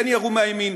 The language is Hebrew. כן ירו מהימין,